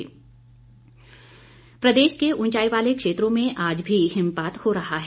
मौसम प्रदेश के ऊंचाई वाले क्षेत्रों में आज भी हिमपात हो रहा है